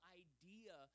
idea